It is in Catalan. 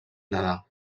nedar